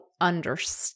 understand